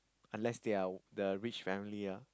unless they are they are rich family ya